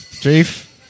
Chief